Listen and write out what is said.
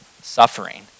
suffering